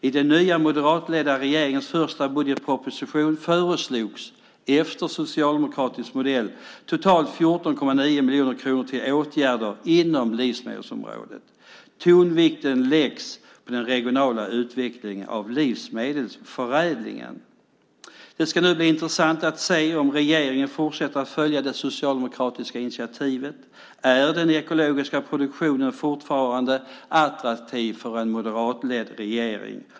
I den nya moderatledda regeringens första budgetproposition föreslogs, efter socialdemokratisk modell, totalt 14,9 miljoner kronor till åtgärder inom livsmedelsområdet. Tonvikten läggs på den regionala utvecklingen av livsmedelsförädlingen. Det blir nu intressant att se om regeringen fortsätter att följa det socialdemokratiska initiativet. Är den ekologiska produktionen fortfarande attraktiv för en moderatledd regering?